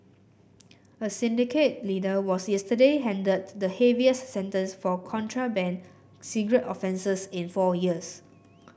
a syndicate leader was yesterday handed the heaviest sentence for contraband cigarette offences in four years